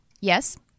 Yes